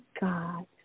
God